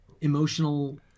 emotional